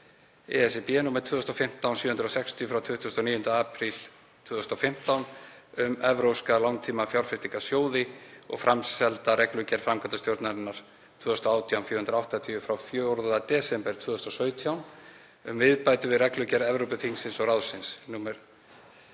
ráðsins nr. 2015/760 frá 29. apríl 2015 um evrópska langtímafjárfestingarsjóði og framselda reglugerð framkvæmdastjórnarinnar 2018/480 frá 4. desember 2017 um viðbætur við reglugerð Evrópuþingsins og ráðsins